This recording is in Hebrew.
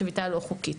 שביתה לא חוקית.